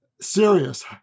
serious